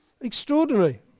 Extraordinary